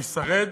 להישרד,